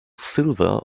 silver